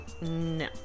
No